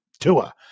Tua